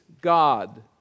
God